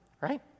right